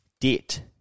debt